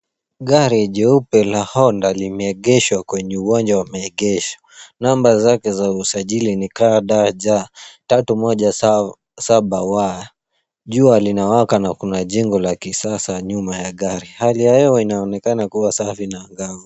Gari jeupe la Honda limeegeshwa kwenye uwanja wa maegesho. Namba zake za usajili ni KDJ 317W. Jua linawaka na kuna jengo la kisasa nyuma ya gari. Hali ya hewa inaonekana kuwa safi na angavu.